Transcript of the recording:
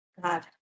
God